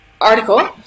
article